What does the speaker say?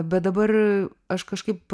bet dabar aš kažkaip